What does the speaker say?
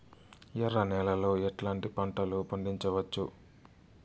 ఎర్ర నేలలో ఎట్లాంటి పంట లు పండించవచ్చు వచ్చు?